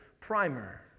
Primer